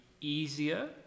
easier